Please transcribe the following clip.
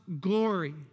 glory